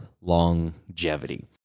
longevity